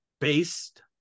based